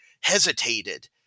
hesitated